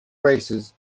races